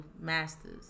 masters